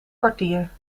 kwartier